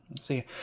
See